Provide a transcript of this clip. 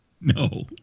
No